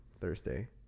Thursday